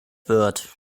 wird